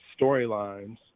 storylines